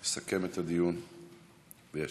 יסכם את הדיון וישיב.